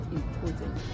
important